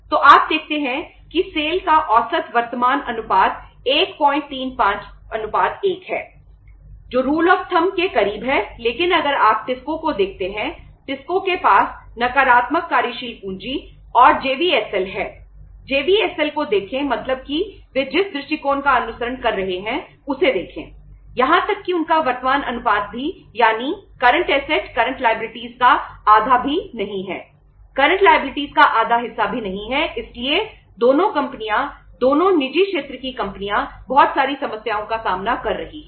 तो आप देखते हैं कि सेल का आधा हिस्सा भी नहीं है इसलिए दोनों कंपनियां दोनों निजी क्षेत्र की कंपनियां बहुत सारी समस्याओं का सामना कर रही हैं